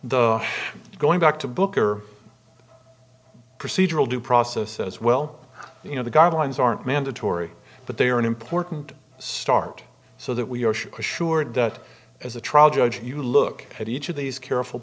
the going back to booker procedural due process as well you know the guidelines aren't mandatory but they are an important start so that we are sure sure that as a trial judge you look at each of these careful